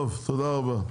טוב, תודה רבה.